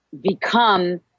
become